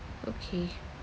okay